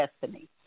Destiny